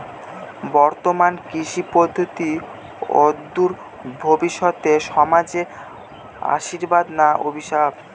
বর্তমান কৃষি পদ্ধতি অদূর ভবিষ্যতে সমাজে আশীর্বাদ না অভিশাপ?